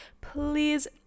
please